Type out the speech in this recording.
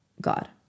God